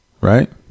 Right